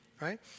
right